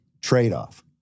trade-off